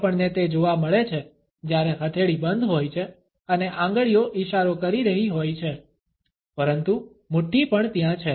આપણને તે જોવા મળે છે જ્યારે હથેળી બંધ હોય છે અને આંગળીઓ ઈશારો કરી રહી હોય છે પરંતુ મુઠ્ઠી પણ ત્યાં છે